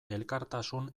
elkartasun